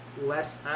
less